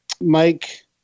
Mike